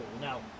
now